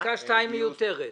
פסקה (2) מיותרת,